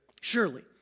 Surely